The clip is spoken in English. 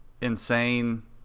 insane